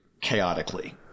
chaotically